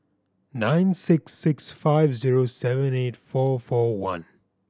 nine six six five zero seven eight four four one